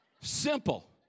Simple